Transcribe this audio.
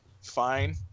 fine